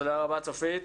תודה רבה, צופית.